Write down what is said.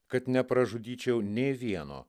kad nepražudyčiau nė vieno